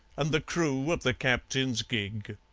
and the crew of the captain's gig.